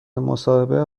مصاحبه